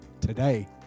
today